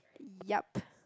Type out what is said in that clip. yup